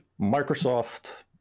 Microsoft